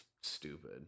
stupid